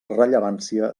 rellevància